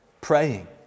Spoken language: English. praying